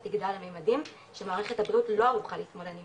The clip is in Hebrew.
תגדל לממדים שמערכת הבריאות לא ערוכה להתמודד עימם.